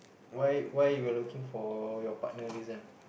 why why you are looking for your partner reason